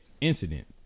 incident